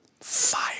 Fire